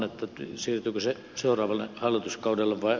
siirtyykö se seuraavalle hallituskaudelle vai